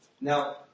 Now